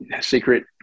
secret